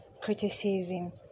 criticism